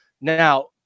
Now